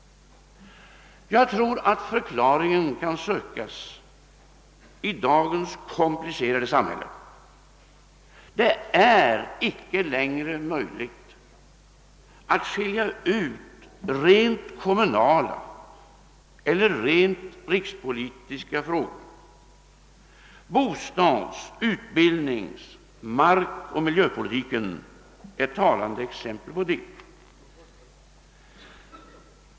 Jag tror att förklaringen kan sökas i dagens komplicerade samhälle. Det är icke längre möjligt att skilja ut rent kommunala eller rent rikspolitiska frågor. Bostads-, utbildnings-, markoch miljöpolitiken är talande exempel på det.